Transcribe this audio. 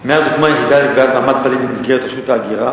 1. מאז הוקמה היחידה לקביעת מעמד פליט במסגרת רשות ההגירה,